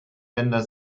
länder